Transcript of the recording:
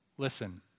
Listen